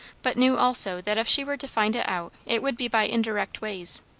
but knew also that if she were to find it out it would be by indirect ways.